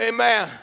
Amen